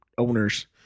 owners